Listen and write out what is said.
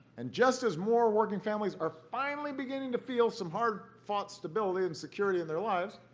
and just as more working families are finally beginning to feel some hard-fought stability and security in their lives,